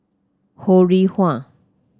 Ho Rih Hwa